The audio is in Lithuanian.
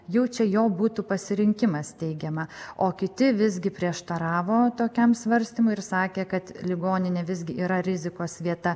jau čia jo būtų pasirinkimas teigiama o kiti visgi prieštaravo tokiam svarstymui ir sakė kad ligoninė visgi yra rizikos vieta